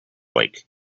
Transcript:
lake